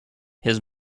his